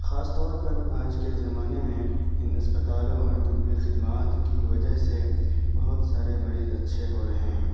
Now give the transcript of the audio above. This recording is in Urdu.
خاص طور پر آج کے زمانے میں ان اسپتالوں اور طبی خدمات کی وجہ سے بہت سارے مریض اچھے ہو رہے ہیں